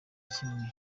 kimwe